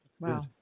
Wow